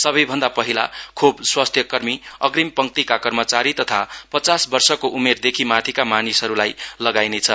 सवै भन्दा पहिला खोप स्वास्थ्यी कर्मी अग्रिम पंक्तिका कर्माचारी तथा पचास वर्षको उमेरदेखि माथिका मानिसहरुलाई लगाइने छ